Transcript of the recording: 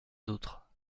d’autre